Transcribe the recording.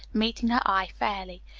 meeting her eye fairly.